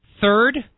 third